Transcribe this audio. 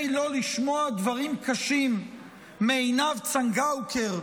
לא לשמוע דברים קשים מעינב צנגאוקר,